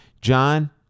John